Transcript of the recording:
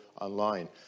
online